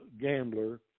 gambler